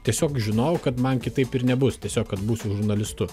tiesiog žinojau kad man kitaip ir nebus tiesiog kad būsiu žurnalistu